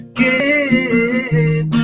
give